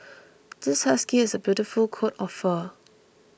this husky has a beautiful coat of fur